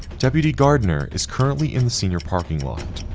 deputy gardner is currently in the senior parking lot,